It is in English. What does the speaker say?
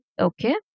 Okay